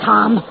Tom